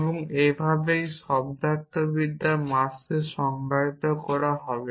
এবং এভাবেই শব্দার্থবিদ্যা মাসকে সংজ্ঞায়িত করা হবে